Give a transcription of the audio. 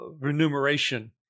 remuneration